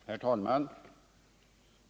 Herr talman!